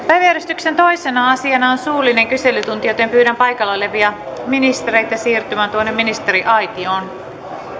päiväjärjestyksen toisena asiana on suullinen kyselytunti pyydän paikalla olevia ministereitä siirtymään tuonne ministeriaitioon